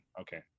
okay